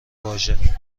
واژه